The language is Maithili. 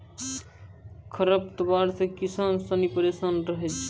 खरपतवार से किसान सनी परेशान रहै छै